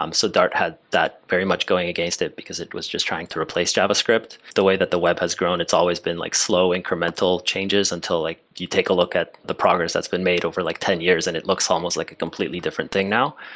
um so dart had that very much going against it, because it was just trying to replace javascript. the way that the web has grown, it's always been like slow incremental changes until like you take a look at the progress that's been made over like ten years and it looks almost like a completely different thing now.